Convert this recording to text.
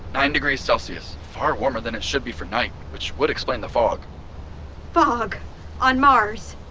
nine degrees celsius. far warmer than it should be for night, which would explain the fog fog on mars.